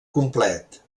complet